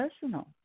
personal